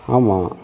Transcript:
ஆமாம்